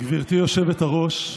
גברתי היושבת-ראש,